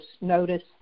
notice